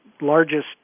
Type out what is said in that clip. largest